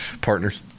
partners